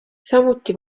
samuti